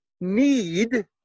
need